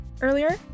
earlier